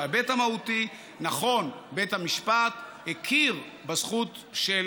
בהיבט המהותי, נכון, בית המשפט הכיר בזכות של